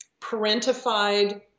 parentified